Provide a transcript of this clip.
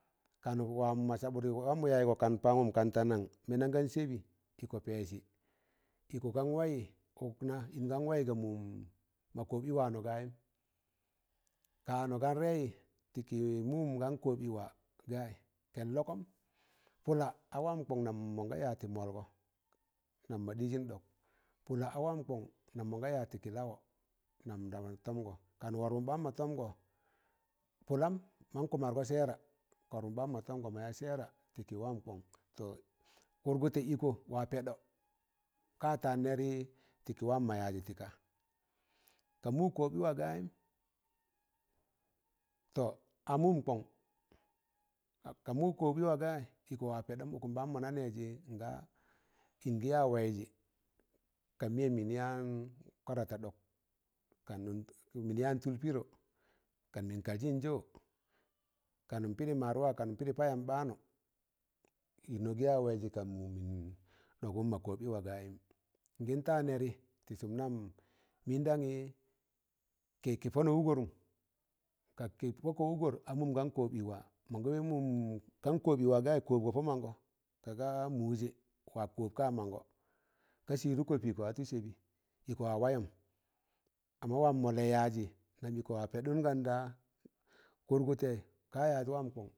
Kanụ wam mọ sabụt wamọ yaịgọ kan pangụm kan ta nan mendam kan sabị, ịkọ pesị ịkọ gan wayị ụk na ịn gan wayị, ga mụn ma kọọb ị waanọ gayịm ka ọn gan rayị tịkị mụm gan kọọb ị wa gayị ken lọkọm, pụla a wamkọn nam mọ ga ya tị mọlgọ nam mọ ɗịzịm ɗọk, pụla a wam kọn nam mọ ga ya tị lawọ nam wan tọmgọ kan wọrbụm ɓaan, ma tọmgọ pụlam man kọ mọrgọ seera ka wọrbụm baan ma tọmgọ maya seera tịkị wam kọn tọ kụrgụtọ ịkọ wa pedọ ka taan nerị tịkị wam mọ yajị tị ka ka mụ kọọb ị wa gayịm tọ a mụm kọn ka mụ kọọb ị wa gajị ịkọ wa pọdọm ụkụm baanmọ na neejị nga ịngị ya waịzị ka mịyem mịn yaan kwara ta ɗọk kam mịnị yaan tụl pịdọ kan min kaljịn jọ, kanụm pịrị maadwa kanụm pịrịm payam ɓaanụ, nọ gị ya waịzị ka mụn ɗọgọn mọ kọọb ị wa gayịm ịno gị ta nerị tị sụm nam mịnda nị ke kị pọni wụgọ rụm kakị pọkọ wụgọr a mụm gan kọọb ị wa mọnga wọ mụm gan kọọb ị wa gajị kọọbgọ pọ mangọ, ka gaa mụje wa kọọb ka mangọ ka sịrụkọ pi ka watu sabị ịkọ wa wayọm amma wa mọlle yajị nam ịkọ wa peɗụn ganda kụrgụtọ ka yaz wam kọng.